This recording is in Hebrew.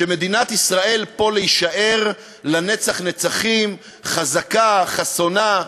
שמדינת ישראל פה להישאר לנצח נצחים, חזקה, חסונה.